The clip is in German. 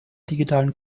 digitalen